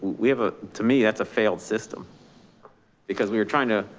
we have, ah to me, that's a failed system because we were trying to,